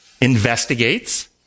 investigates